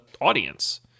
audience